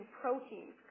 proteins